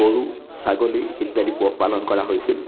গৰু ছাগলী ইত্যাদি পোহ পালন কৰা হৈছিল